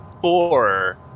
four